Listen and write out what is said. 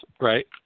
Right